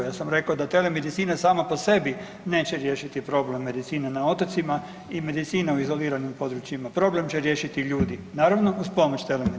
Ja sam rekao da telemedicina sama po sebi neće riješiti problem medicine na otocima i medicine u izoliranim područjima, problem će riješiti ljudi, naravno uz pomoć telemedicine.